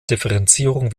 differenzierung